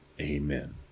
Amen